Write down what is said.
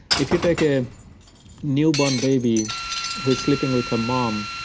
if you take a newborn baby who is sleeping with her mom,